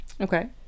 okay